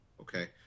okay